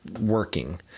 working